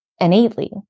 innately